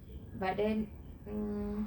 but then mm